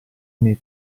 nei